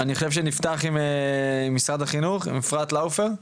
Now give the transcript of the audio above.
אני חושב שנפתח עם משרד החינוך, עם אפרת לאופר,